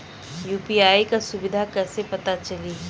UPI क सुविधा कैसे पता चली?